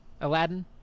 Aladdin